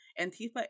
Antifa